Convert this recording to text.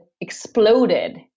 exploded